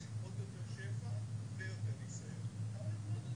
ההתנגשות שלא עולה היום בדיון לגבי הנושא של הארכת